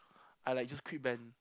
I like just quit band